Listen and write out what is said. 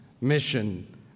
mission